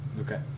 Okay